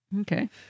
Okay